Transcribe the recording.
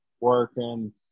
working